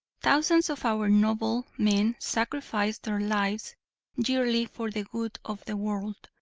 thousands of our noble men sacrificed their lives yearly for the good of the world.